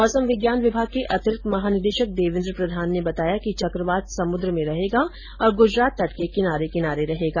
मौसम विज्ञान विभाग के अतिरिक्त महानिदेशक देवेन्द्र प्रधान ने बताया कि चक्रवात समुद में रहेगा और गुजरात तट के किनार किनारे रहेगा